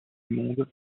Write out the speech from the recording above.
monde